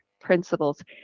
principles